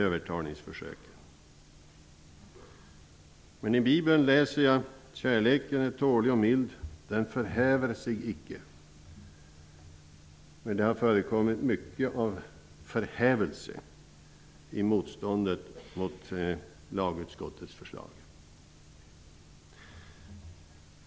Men i bibeln står det: Kärleken är tålig och mild, den förhäver sig icke. Men det har förekommit mycket av förhävelse i motståndet mot lagutskottets förslag.